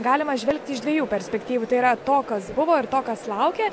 galima žvelgti iš dviejų perspektyvų tai yra to kas buvo ir to kas laukia